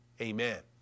Amen